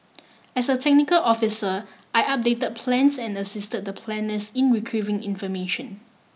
as a technical officer I updated plans and assisted the planners in retrieving information